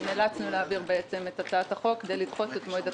נאצלנו להעביר את הצעת החוק כדי לדחות את מועד התחילה.